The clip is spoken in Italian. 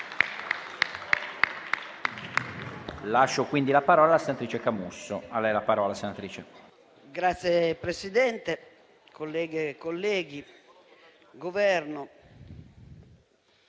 Signor Presidente, colleghe e colleghi, Governo,